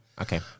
Okay